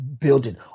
building